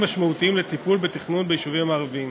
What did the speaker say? משמעותיים לטיפול בתכנון ביישובים הערביים.